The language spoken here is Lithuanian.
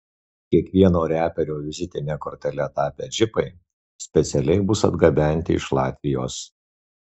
kiekvieno reperio vizitine kortele tapę džipai specialiai bus atgabenti iš latvijos